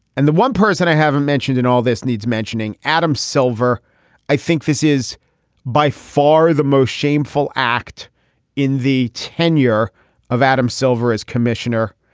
and the one person i haven't mentioned in all this needs mentioning adam silver i think this is by far the most shameful act in the tenure of adam silver as commissioner.